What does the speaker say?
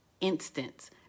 instance